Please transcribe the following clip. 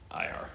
IR